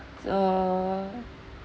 uh